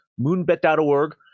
moonbet.org